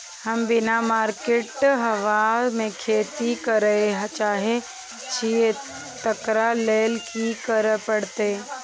हम बिना माटिक हवा मे खेती करय चाहै छियै, तकरा लए की करय पड़तै?